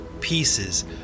pieces